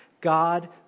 God